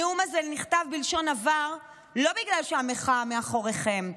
הנאום הזה נכתב בלשון עבר לא בגלל שהמחאה מאחוריכם.